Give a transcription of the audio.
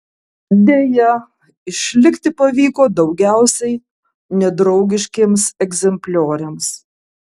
deja išlikti pavyko daugiausiai nedraugiškiems egzemplioriams